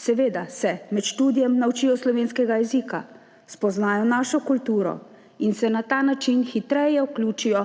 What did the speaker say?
seveda se med študijem naučijo slovenskega jezika, spoznajo našo kulturo in se na ta način hitreje vključijo